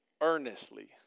earnestly